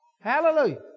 Hallelujah